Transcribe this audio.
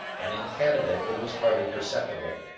and in canada it was hardly perceptible.